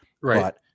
right